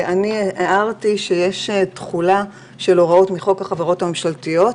הערתי שיש תחולה של הוראות מחוק החברות הממשלתיות,